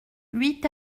huit